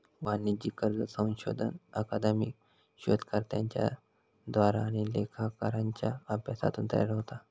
वाणिज्यिक कर्ज संशोधन अकादमिक शोधकर्त्यांच्या द्वारा आणि लेखाकारांच्या अभ्यासातून तयार होता